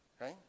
right